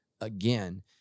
again